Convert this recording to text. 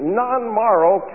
non-moral